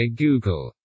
google